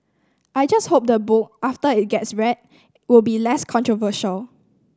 I just hope the book after it gets read will be less controversial